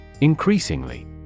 Increasingly